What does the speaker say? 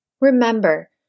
Remember